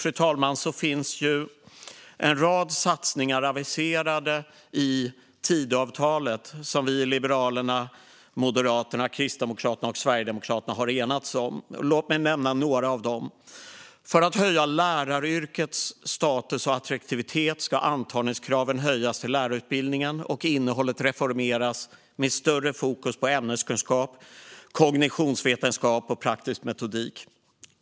Därtill finns en rad satsningar aviserade i Tidöavtalet som vi i Liberalerna, Moderaterna, Kristdemokraterna och Sverigedemokraterna har enats om. Låt mig nämna några av dem. För att höja läraryrkets status och attraktivitet ska antagningskraven höjas till lärarutbildningen och innehållet reformeras med större fokus på ämneskunskap, kognitionsvetenskap och praktisk metodik.